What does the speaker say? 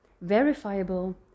verifiable